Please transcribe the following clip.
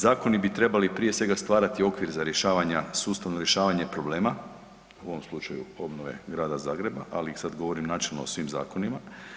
Zakoni bi trebali prije svega stvarati okvir za sustavno rješavanje problema u ovom slučaju obnove Grada Zagreba, ali sada govorim načelno o svim zakonima.